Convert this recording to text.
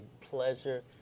pleasure